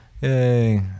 Yay